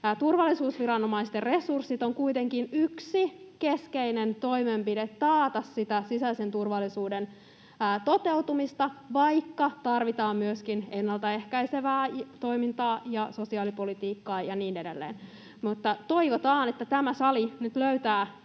Turvallisuusviranomaisten resurssit on kuitenkin yksi keskeinen toimenpide taata sitä sisäisen turvallisuuden toteutumista, vaikka tarvitaan myöskin ennaltaehkäisevää toimintaa ja sosiaalipolitiikkaa ja niin edelleen. Mutta toivotaan, että tämä sali ja eduskunta